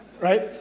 Right